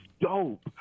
dope